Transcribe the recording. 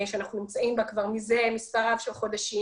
שאנחנו נמצאים בה כבר מזה מספר רב של חודשים,